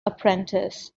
apprentice